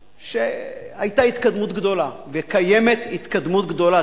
היתה התקדמות גדולה וקיימת התקדמות גדולה.